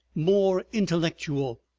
more intellectual,